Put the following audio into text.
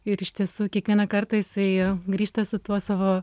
ir iš tiesų kiekvieną kartą jisai grįžta su tuo savo